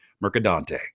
Mercadante